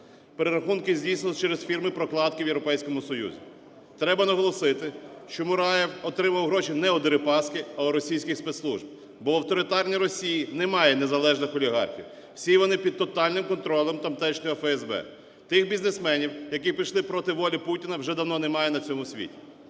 Перерахунки здійснювались через фірми-прокладки в Європейському Союзі. Треба наголосити, що Мураєв отримував гроші не у Дерипаски, а у російських спецслужб, бо в авторитарній Росії немає незалежних олігархів, всі вони під тотальним контролем тамтешнього ФСБ. Тих бізнесменів, які пішли проти волі Путіна, вже давно немає на цьому світі.